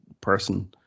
person